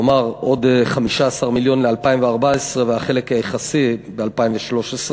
כלומר, עוד 15 מיליון ל-2014 והחלק היחסי ב-2013,